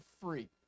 free